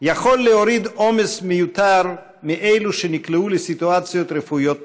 יכול להוריד עומס מיותר מאלה שנקלעו לסיטואציות רפואיות מסובכות.